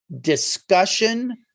discussion